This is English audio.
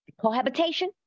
cohabitation